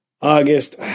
August